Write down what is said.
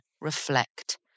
reflect